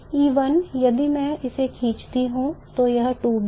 E1 यदि मैं इसे खींचता हूँ तो यह 2B है